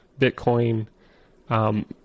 Bitcoin